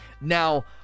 Now